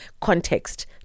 context